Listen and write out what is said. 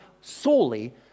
solely